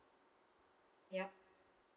yup